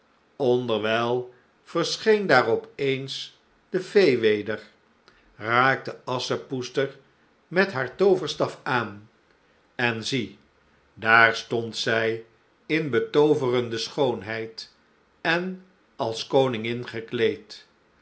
onderwijl verscheen daar op eens de fee weder raakte asschepoester met haar tooverstaf aan en zie daar stond zij in betooverende schoonheid en als koningin gekleed